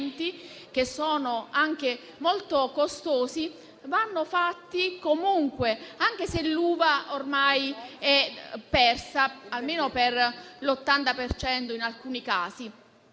che sono anche molto costosi, vanno fatti comunque anche se l'uva ormai è persa almeno per l'80 per cento, in alcuni casi.